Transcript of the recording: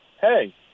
hey